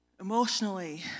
emotionally